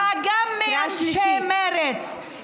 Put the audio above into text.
ואני מצפה גם מאנשי מרצ, קריאה שלישית.